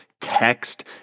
text